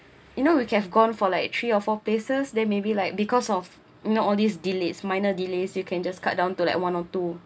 you know we've gone for like three or four places then maybe like because of you know all these delays minor delays you can just cut down to like one or two